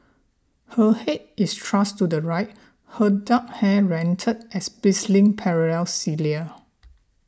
her head is thrust to the right her dark hair rendered as bristling parallel cilia